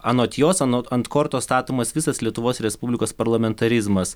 anot jos anot ant kortos statomas visas lietuvos respublikos parlamentarizmas